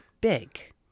big